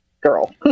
girl